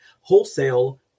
wholesale